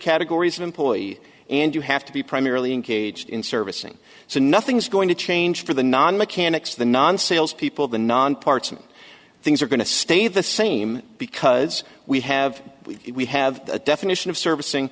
categories of employee and you have to be primarily engaged in servicing so nothing's going to change for the non mechanics the non sales people the nonpartisan things are going to stay the same because we have we have a definition of servicing